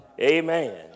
amen